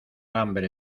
hambre